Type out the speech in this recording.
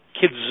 kids